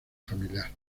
familiar